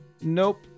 Nope